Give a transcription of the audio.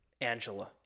Angela